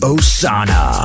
Osana